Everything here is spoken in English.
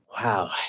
Wow